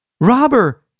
Robber